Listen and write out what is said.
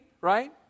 right